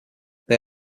they